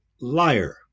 liar